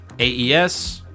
AES